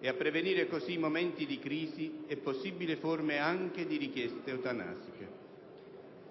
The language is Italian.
e a prevenire così i momenti di crisi e possibili forme anche di richieste eutanasiche.